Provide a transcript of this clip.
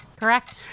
Correct